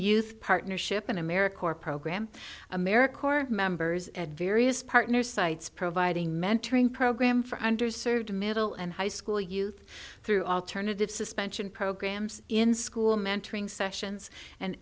youth partnership in america corps program america core members at various partners sites providing mentoring program for under served middle and high school youth through alternative suspension programs in school mentoring sessions and